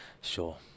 Sure